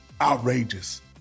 outrageous